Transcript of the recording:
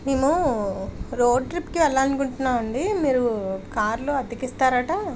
మేము రోడ్ ట్రిప్కి వెళ్ళాలనుకుంటున్నామండి మీరు కార్లు అద్దెకి ఇస్తారట